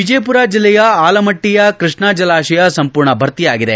ವಿಜಯಪುರ ಜಿಲ್ಲೆಯ ಆಲಮಟ್ಟಿಯ ಕೃಷ್ಣ ಜಲಾಶಯ ಸಂಪೂರ್ಣ ಭರ್ತಿಯಾಗಿದೆ